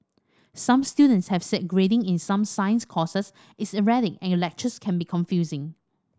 some students have said grading in some science courses is erratic and lectures can be confusing